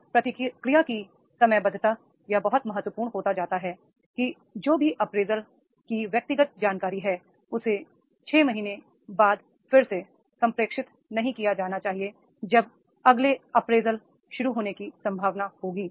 फिर प्रतिक्रिया की समयबद्धता यह बहुत महत्वपूर्ण हो जाता है कि जो भी अप्रेजल की व्यक्तिगत जानकारी है उसे 6 महीने बाद फिर से संप्रेषित नहीं किया जाना चाहिए जब अगले अप्रेजल शुरू होने की संभावना होगी